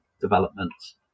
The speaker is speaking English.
developments